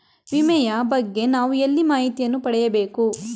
ವಿಮೆಯ ಬಗ್ಗೆ ನಾವು ಎಲ್ಲಿ ಮಾಹಿತಿಯನ್ನು ಪಡೆಯಬೇಕು?